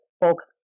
folks